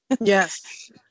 Yes